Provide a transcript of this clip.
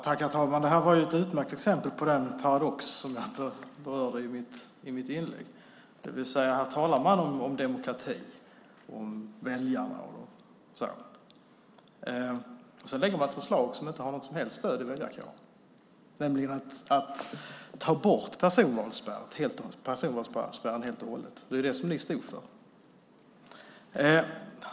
Herr talman! Det vi nu hörde är ett utmärkt exempel på den paradox som jag berörde i mitt anförande här. Här talar man om demokrati, om väljare och sådant. Sedan lägger man fram ett förslag som inte har något som helst stöd i väljarkåren, nämligen ett förslag om att helt och hållet ta bort personvalsspärren. Det är ju vad ni, Annie Johansson, stod för.